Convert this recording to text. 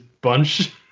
Bunch